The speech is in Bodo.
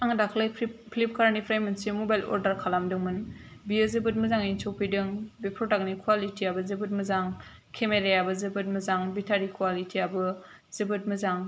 आङो दाख्लै फ्लिपकार्टनिफ्राय मोनसे मबाइल अर्दार खालामदोंमोन बियो जोबोत मोजाङैनो सफैदों आरो प्रडाक्टनि क्वालिटियाबो जोबोत मोजां केमेरायाबो जोबोत मोजां बेटारि क्वालिटियाबो जोबोत मोजां